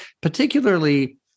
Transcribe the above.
particularly